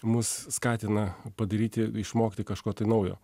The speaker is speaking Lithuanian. mus skatina padaryti išmokti kažko tai naujo